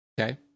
Okay